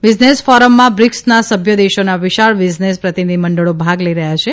business ફોરમમાં બ્રિકસના સભ્ય દેશોના વિશાળ બિઝનેસ પ્રતિનિધિમંડળી ભાગ લઇ રહ્યા છે